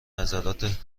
نظرات